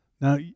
Now